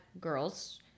girls